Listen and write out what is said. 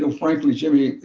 so frankly, jimmy,